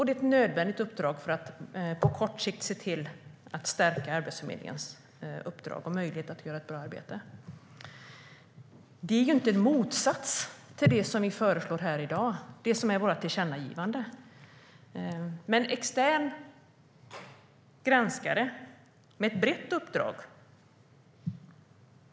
Det är ett nödvändigt uppdrag för att på kort sikt se till att stärka Arbetsförmedlingens möjlighet att utföra sitt uppdrag på ett bra sätt. Vårt förslag till tillkännagivande är inte en motsats, det vill säga att tillsätta en extern granskare med ett brett uppdrag.